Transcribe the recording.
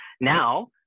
now